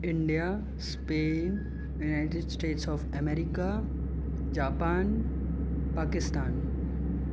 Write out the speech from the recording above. India Spain United States of America Japan Pakistan